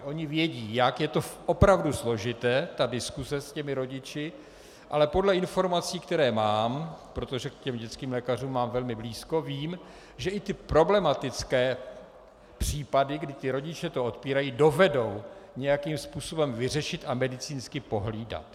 Oni vědí, jak je opravdu složitá diskuse s rodiči, ale podle informací, které mám, protože k dětským lékařům mám velmi blízko, vím, že i ty problematické případy, kdy rodiče to odpírají, dovedou nějakým způsobem vyřešit a medicínsky pohlídat.